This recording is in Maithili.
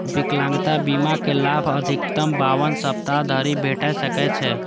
विकलांगता बीमाक लाभ अधिकतम बावन सप्ताह धरि भेटि सकै छै